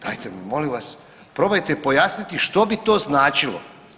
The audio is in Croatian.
Dajte mi molim vas probajte pojasniti što bi to značilo.